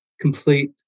complete